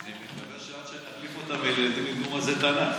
אני מקווה שעד שנחליף אותם הילדים ידעו מה זה תנ"ך,